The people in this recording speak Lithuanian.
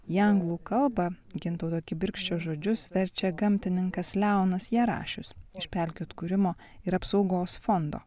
į anglų kalbą gintauto kibirkščio žodžius verčia gamtininkas leonas jarašius iš pelkių atkūrimo ir apsaugos fondo